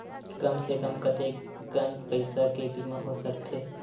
कम से कम कतेकन पईसा के बीमा हो सकथे?